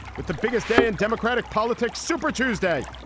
but the biggest day in democratic politics, super tuesday.